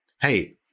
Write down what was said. Hey